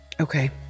Okay